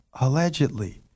allegedly